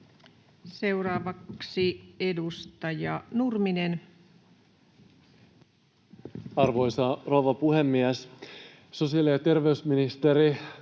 Seuraavaksi edustaja Nurminen. Arvoisa rouva puhemies! Sosiaali‑ ja terveysministeri